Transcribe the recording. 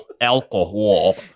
Alcohol